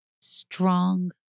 strong